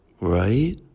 right